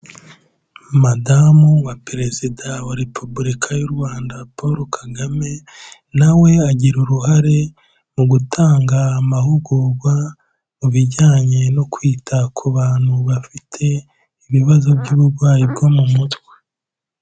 Madamu wa perezida wa Repubulika y'u Rwanda Paul Kagame, na we agira uruhare mu gutanga amahugurwa mu bijyanye no kwita ku bantu bafite ibibazo by'uburwayi bwo mu mutwe.